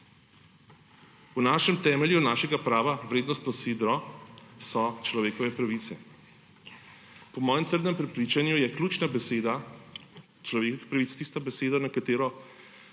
V našem temelju našega prava so vrednostno sidro človekove pravice. Po mojem trdnem prepričanju je ključna beseda človekovih pravic tista beseda, na katero